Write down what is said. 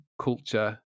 culture